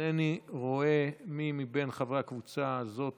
אינני רואה מי מבין חברי הקבוצה הזאת